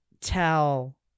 tell